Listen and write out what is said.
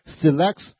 selects